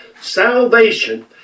Salvation